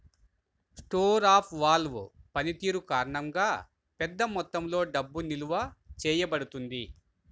store of value పనితీరు కారణంగా, పెద్ద మొత్తంలో డబ్బు నిల్వ చేయబడుతుంది